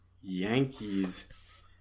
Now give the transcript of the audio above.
Yankees